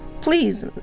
please